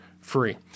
free